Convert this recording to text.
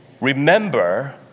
Remember